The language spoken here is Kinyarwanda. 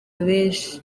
benshi